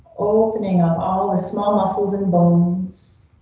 opening up all the small muscles and bones.